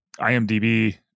IMDB